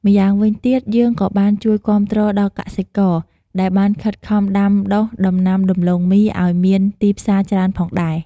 ម្យ៉ាងវិញទៀត យើងក៏បានជួយគាំទ្រដល់កសិករ ដែលបានខិតខំដាំដុះដំណាំដំទ្បូងមីឱ្យមានទីផ្សារច្រើនផងដែរ។